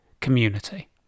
community